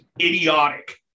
idiotic